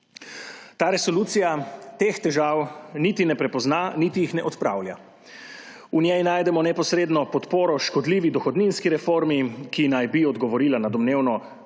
Ta resolucija teh težav niti ne prepozna niti jih ne odpravlja. V njej najdemo neposredno podporo škodljivi dohodninski reformi, ki naj bi odgovorila na domnevno preveliko